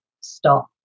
stop